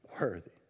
Worthy